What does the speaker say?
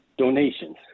Donations